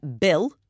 Bill